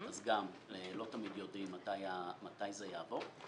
אז גם לא תמיד יודעים מתי זה יעבור,